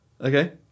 Okay